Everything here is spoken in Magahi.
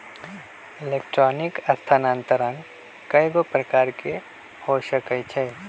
इलेक्ट्रॉनिक स्थानान्तरण कएगो प्रकार के हो सकइ छै